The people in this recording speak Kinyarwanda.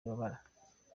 wibabara